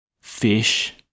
fish